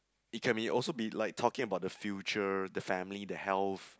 it can be also be like talking about the future the family the health